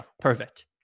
Perfect